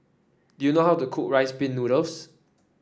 do you know how to cook Rice Pin Noodles